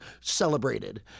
celebrated